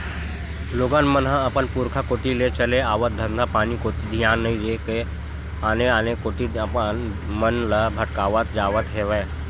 लोगन मन ह अपन पुरुखा कोती ले चले आवत धंधापानी कोती धियान नइ देय के आने आने कोती अपन मन ल भटकावत जावत हवय